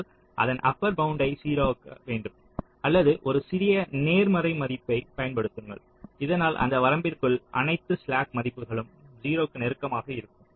ஆகவே அதன் அப்பர் பவுண்டை 0 ஆக்க வேண்டும் அல்லது ஒரு சிறிய நேர்மறை மதிப்பைப் பயன்படுத்துங்கள் இதனால் அந்த வரம்பிற்குள் அனைத்தும் ஸ்லாக் மதிப்புகளும் 0 க்கு நெருக்கமாக இருக்கும்